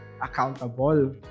accountable